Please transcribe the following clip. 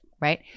right